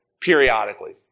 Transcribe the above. periodically